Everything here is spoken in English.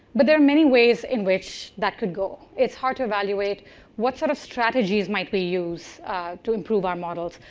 but there are many ways in which that could go. it's hard to evaluated what sort of strategies might be used to improve our models.